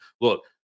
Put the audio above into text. Look